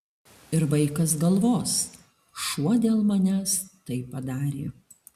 ir vaikas galvos šuo dėl manęs tai padarė